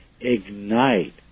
ignite